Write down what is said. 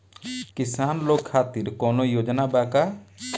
किसान लोग खातिर कौनों योजना बा का?